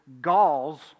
Gauls